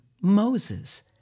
Moses